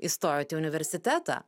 įstojot į universitetą